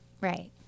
Right